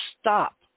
stop